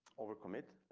over commit.